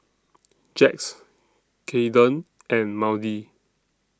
Jax Cayden and Maudie